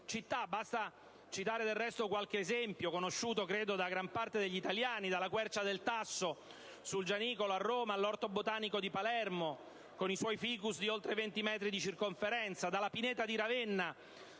del resto citare qualche esempio, conosciuto, credo, da gran parte degli italiani: dalla Quercia del Tasso sul Gianicolo a Roma all'Orto botanico di Palermo, con i suoi *ficus* di oltre 20 metri di circonferenza; dalla Pineta di Ravenna,